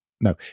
No